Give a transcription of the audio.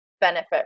benefit